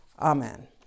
amen